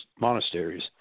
monasteries